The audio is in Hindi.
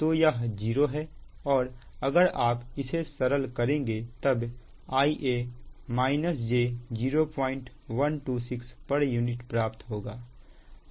तो यह 0 है और अगर आप इसे सरल करेंगे तब Ia - j0126 pu प्राप्त होगा